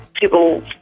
people